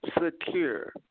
secure